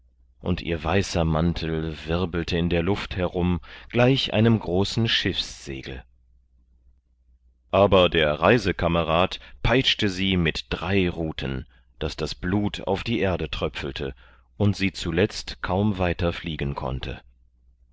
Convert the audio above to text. und ihr weißer mantel wirbelte in der luft herum gleich einem großen schiffssegel aber der reisekamerad peitschte sie mit drei ruten daß das blut auf die erde tröpfelte und sie zuletzt kaum weiter fliegen konnte